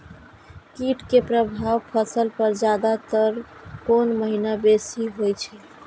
कीट के प्रभाव फसल पर ज्यादा तर कोन महीना बेसी होई छै?